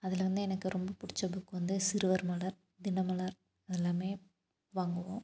அதில் வந்து எனக்கு ரொம்ப பிடிச்ச புக் வந்து சிறுவர் மலர் தினமலர் எல்லாமே வாங்குவோம்